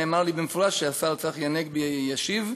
נאמר לי במפורש שהשר צחי הנגבי ישיב.